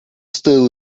still